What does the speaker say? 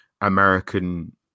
American